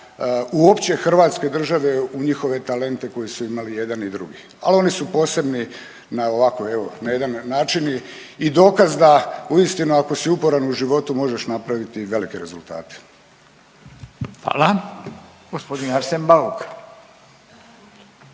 uopće Hrvatske država u njihove talente koje su imali i jedan i drugi. Ali oni su posebni na ovako na jedan način i dokaz da uistinu ako si uporan u životu možeš napraviti i velike rezultate. **Radin, Furio